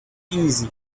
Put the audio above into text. easy